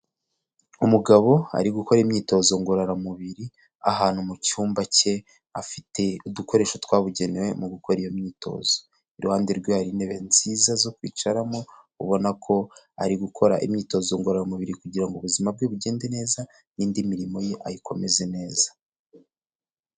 Umugabo ari gukora imyitozo ngororamubiri ahantu mu cyumba cye, afite udukoresho twabugenewe mu gukora iyo myitozo. Iruhande rwe hari intebe nziza zo kwicaramo, ubona ko ari gukora imyitozo ngororamubiri kugira ngo ubuzima bwe bugende neza n'indi mirimo ye ayikomeze neza.